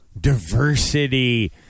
diversity